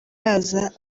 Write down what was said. baza